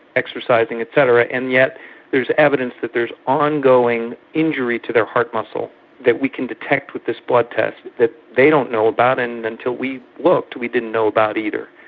exercising et cetera, and yet there is evidence that there is ongoing injury to their heart muscle that we can detect with this blood test that they don't know about and, until we looked, we didn't know about either.